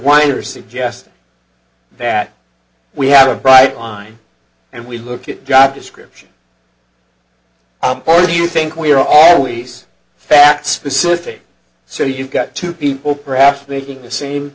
weiner suggested that we have a bright line and we look at job description i'm for do you think we're always fact specific so you've got two people perhaps making the same